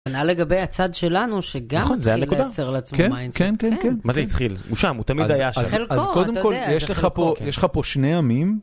מה לגבי הצד שלנו, שגם התחיל ליצר לעצמו מינדסט. מה זה התחיל? הוא שם, הוא תמיד היה שם. אז קודם כל, יש לך פה שני עמים.